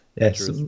Yes